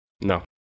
No